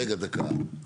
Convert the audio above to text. רגע, דקה.